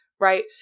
right